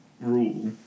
rule